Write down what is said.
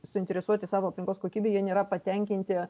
suinteresuoti savo aplinkos kokybe jie nėra patenkinti